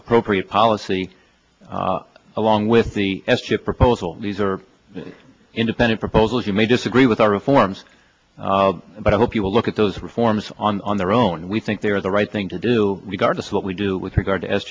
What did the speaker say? ppropriate policy along with the s chip proposal these are independent proposals you may disagree with our reforms but i hope you will look at those reforms on their own we think they are the right thing to do regardless of what we do with regard